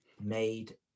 made